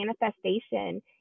manifestation